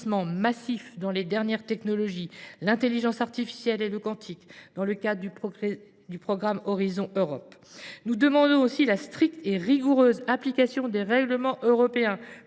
massif dans les dernières technologies, l’intelligence artificielle et le quantique, dans le cadre du programme Horizon Europe. Nous demandons aussi la stricte et rigoureuse application des règlements européens